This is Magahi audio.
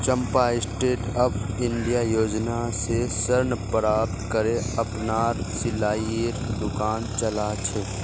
चंपा स्टैंडअप इंडिया योजना स ऋण प्राप्त करे अपनार सिलाईर दुकान चला छ